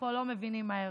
פה לא מבינים מהר.